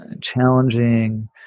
challenging